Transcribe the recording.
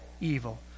evil